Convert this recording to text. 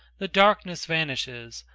the darkness vanishes,